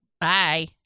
Bye